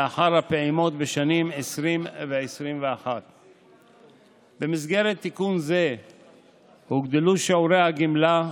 לאחר הפעימות בשנים 2020 2021. במסגרת תיקון זה הוגדלו שיעורי הגמלה,